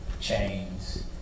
Chains